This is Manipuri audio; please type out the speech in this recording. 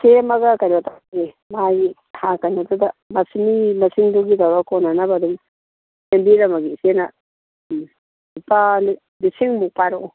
ꯁꯦꯝꯃꯒ ꯀꯩꯅꯣ ꯇꯧꯔꯒꯦ ꯃꯥꯒꯤ ꯊꯥ ꯀꯩꯅꯣꯗꯨꯗ ꯃꯁꯤꯡ ꯃꯤ ꯃꯁꯤꯡꯗꯨꯒꯤ ꯇꯧꯔ ꯀꯣꯟꯅꯅꯕ ꯑꯗꯨꯝ ꯁꯦꯝꯕꯤꯔꯝꯃꯒꯦ ꯏꯆꯦꯅ ꯎꯝ ꯂꯨꯄꯥ ꯂꯤꯁꯤꯡꯃꯨꯛ ꯄꯥꯏꯔꯛꯎ